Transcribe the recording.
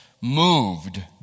moved